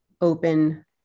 open